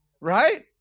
Right